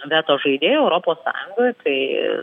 veto žaidėju europos sąjungoj kai